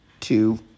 two